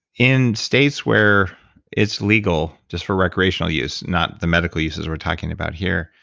in states where it's legal just for recreational use, not the medical uses we're talking about here,